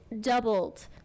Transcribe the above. doubled